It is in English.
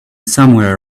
somewhere